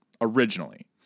Originally